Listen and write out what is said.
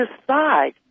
decide